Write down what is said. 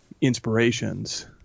inspirations